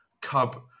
cub